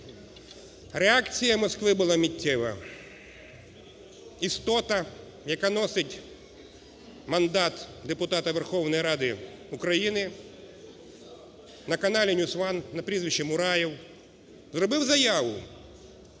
Реакція Москви була миттєва. Істота, яка носить мандат депутата Верховної Ради України на каналі News One на прізвищеМураєв зробив заяву,